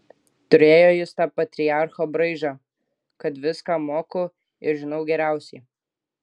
turėjo jis tą patriarcho braižą kad viską moku ir žinau geriausiai